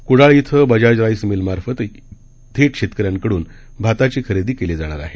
कुडाळ इथं बजाज राईस मिलमार्फतही थेट शेतकऱ्यांकडून भाताची खरेदी केला जाणार आहे